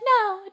no